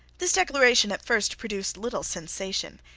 this declaration at first produced little sensation.